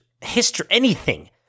history—anything